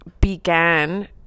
began